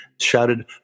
shouted